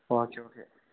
okay okay